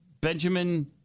Benjamin